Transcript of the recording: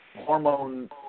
Hormone